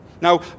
Now